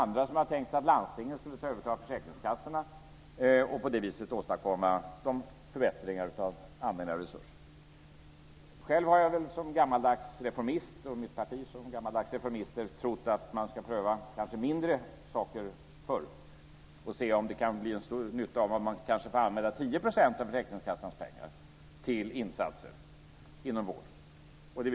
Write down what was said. Andra har tänkt att landstingen skulle kunna överta försäkringskassorna och därigenom åstadkomma förbättringar i användningen av allmänna resurser. Själv har jag och vi i mitt parti som gammaldags reformister tyckt att man först ska pröva mindre saker och kanske kan använda 10 % av försäkringskassornas pengar till insatser inom vården.